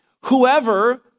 Whoever